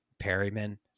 Perryman